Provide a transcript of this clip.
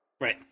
Right